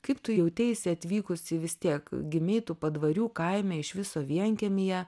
kaip tu jauteisi atvykusi vis tiek gimei tu padvarių kaime iš viso vienkiemyje